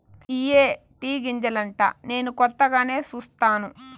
ఇయ్యే టీ గింజలంటా నేను కొత్తగానే సుస్తాను